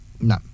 No